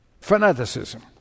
Fanaticism